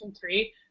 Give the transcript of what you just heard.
three